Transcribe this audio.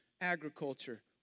agriculture